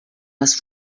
les